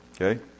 Okay